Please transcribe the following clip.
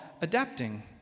adapting